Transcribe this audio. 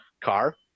car